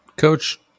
Coach